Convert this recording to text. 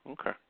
Okay